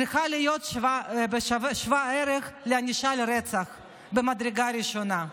צריכה להיות שוות ערך לענישה על רצח ממדרגה ראשונה.